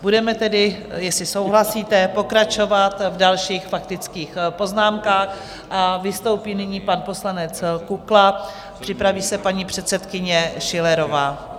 Budeme tedy, jestli souhlasíte, pokračovat v dalších faktických poznámkách a vystoupí nyní pan poslanec Kukla, připraví se paní předsedkyně Schillerová.